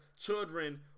children